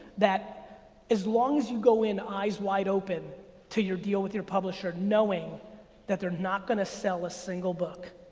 that as long as you go in eyes wide open to your deal with your publisher, knowing that they're not gonna sell a single book,